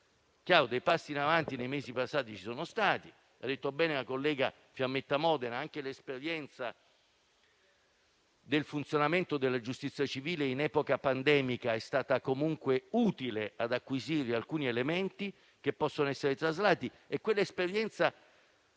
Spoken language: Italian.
chiaro che dei passi in avanti nei mesi passati ci sono stati. Come ha detto bene la collega Fiammetta Modena, anche l'esperienza del funzionamento della giustizia civile in epoca pandemica è stata utile ad acquisire alcuni elementi, che possono essere traslati. Quell'esperienza